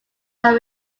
are